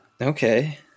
Okay